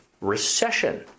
recession